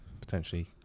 Potentially